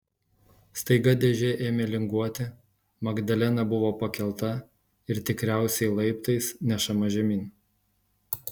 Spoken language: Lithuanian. staiga dėžė ėmė linguoti magdalena buvo pakelta ir tikriausiai laiptais nešama žemyn